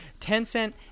Tencent